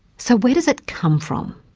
so where does it come from?